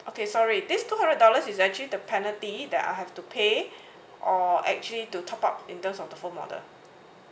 okay sorry this two hundred dollars is actually the penalty that I have to pay or actually to top up in terms of the phone model